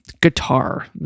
guitar